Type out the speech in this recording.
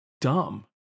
dumb